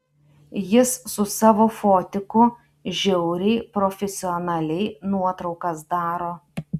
jis su savo fotiku žiauriai profesionaliai nuotraukas daro